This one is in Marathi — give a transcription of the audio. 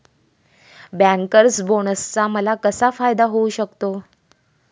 बँकर्स बोनसचा मला कसा फायदा होऊ शकतो?